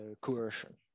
coercion